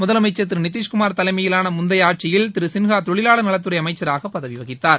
முதலமைச்சர் திரு நிதிஷ்குமார் தலைமையிலான முந்தைய ஆட்சியில் திரு சின்ஹா தொழிலாளர் துறை அமைச்சராக பதவி விகித்தார்